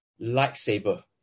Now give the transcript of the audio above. lightsaber